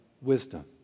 wisdom